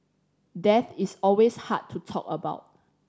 death is always hard to talk about